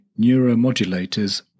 neuromodulators